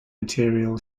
material